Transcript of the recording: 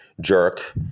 jerk